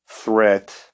Threat